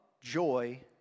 joy